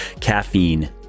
caffeine